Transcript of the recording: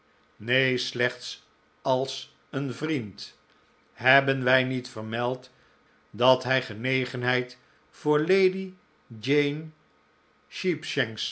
neen slechts als een vriend hebben wij niet vermeld dat hij genegenheid voor lady jane